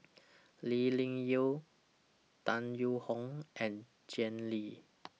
Lee Ling Yen Tan Yee Hong and Jay Lim